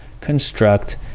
construct